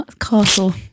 Castle